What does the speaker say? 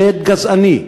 שד גזעני.